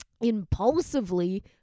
impulsively